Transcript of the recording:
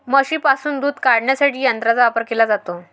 म्हशींपासून दूध काढण्यासाठी यंत्रांचा वापर केला जातो